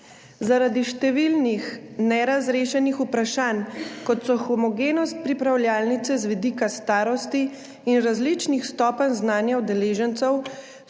zaradi številnih nerazrešenih vprašanj, kot so homogenost pripravljalnice z vidika starosti in različnih stopenj znanja udeležencev,